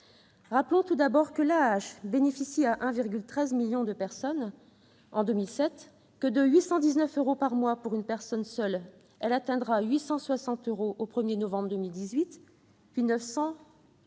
Rappelons, tout d'abord, que l'AAH bénéficiait à 1,13 million de personnes en 2017 et que, de 819 euros par mois pour une personne seule, elle atteindra 860 euros au 1 novembre 2018, puis 900 euros